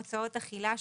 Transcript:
הוצאות אכילה,